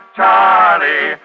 Charlie